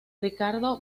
ricardo